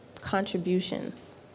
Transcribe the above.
contributions